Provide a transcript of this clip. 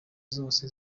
zose